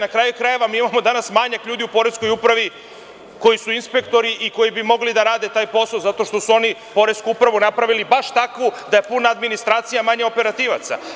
Na kraju krajeva, mi imamo danas manjak ljudi u Poreskoj upravi koji su inspektori i koji bi mogli da rade taj posao zato što su oni Poresku upravu napravili baš takvu da je puna administracije, a manje operativaca.